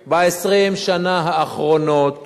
ציבורי, ב-20 השנים האחרונות